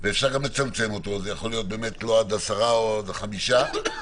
אנחנו נתנגד לאישור תקנות שיהיה בהן